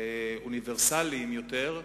אוניברסליים יותר: